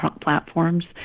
platforms